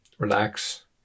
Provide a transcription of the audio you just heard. relax